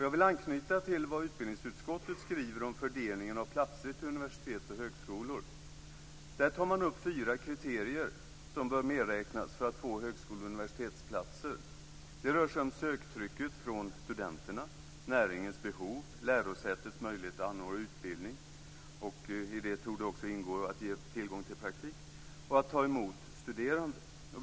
Jag vill anknyta till vad utbildningsutskottet skriver om fördelningen av platser till universitet och högskolor. Utskottet tar upp fyra kriterier som bör medräknas för att få högskole och universitetsplatser. Det rör sig om söktrycket från studenterna, näringens behov, lärosätets möjlighet att anordna utbildning - i det torde också ingå att ge tillgång till praktik - och att ta emot studerande.